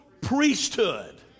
priesthood